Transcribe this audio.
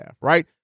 right